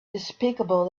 despicable